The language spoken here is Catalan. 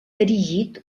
erigit